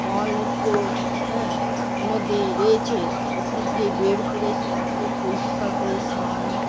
মলমূত্র হ্যাঁ মধ্যে রয়েছে ওখান থেকে বের করে তাকে পরিষ্কার করে স্নান